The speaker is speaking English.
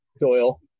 Doyle